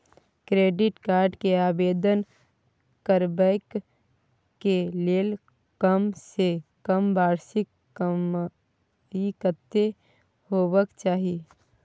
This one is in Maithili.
क्रेडिट कार्ड के आवेदन करबैक के लेल कम से कम वार्षिक कमाई कत्ते होबाक चाही?